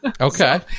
Okay